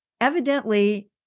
evidently